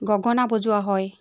গগনা বজোৱা হয়